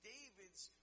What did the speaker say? David's